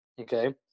Okay